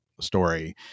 story